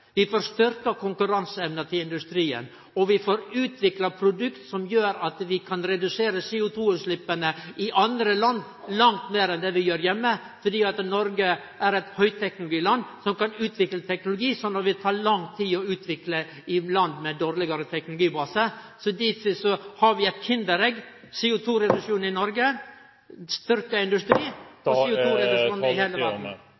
Vi får redusert CO2-utsleppa, vi får styrkt konkurranseevna til industrien, og vi får utvikla produkt som gjer at vi kan redusere CO2-utsleppa i andre land, langt meir enn vi gjer heime, fordi Noreg er eit høgteknologiland, som kan utvikle teknologi det vil ta lang tid å utvikle i land med dårlegare teknologibase. Difor har vi eit kinderegg, CO2-reduksjon i Noreg, styrkt industri